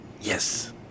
Yes